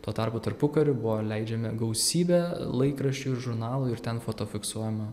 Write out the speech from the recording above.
tuo tarpu tarpukariu buvo leidžiami gausybė laikraščių ir žurnalų ir ten foto fiksuojama